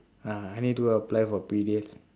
ah I need to go and apply for P_D_L